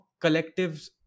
collectives